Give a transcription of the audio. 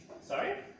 sorry